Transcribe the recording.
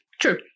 True